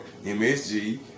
MSG